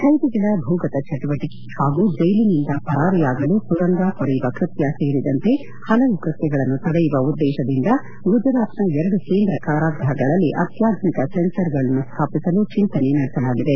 ಬ್ಲೆದಿಗಳ ಭೂಗತ ಚಟುವಟಕೆ ಹಾಗೂ ಜೈಲಿನಿಂದ ಪರಾರಿಯಾಗಲು ಸುರಂಗ ಕೊರೆಯುವ ಕೃತ್ಯ ಸೇರಿದಂತೆ ಹಲವು ಕೃತ್ವಗಳನ್ನು ತಡೆಯುವ ಉದ್ದೇಶದಿಂದ ಗುಜರಾತ್ನ ಎರಡು ಕೇಂದ್ರ ಕಾರಾಗೃಹಗಳಲ್ಲಿ ಅತ್ಯಾಧುನಿಕ ಸೆನ್ನಾರ್ಗಳನ್ನು ಸ್ಥಾಪಿಸಲು ಚಿಂತನೆ ನಡೆಸಲಾಗಿದೆ